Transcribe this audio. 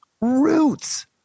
Roots